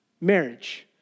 Marriage